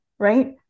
right